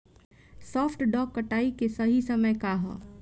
सॉफ्ट डॉ कटाई के सही समय का ह?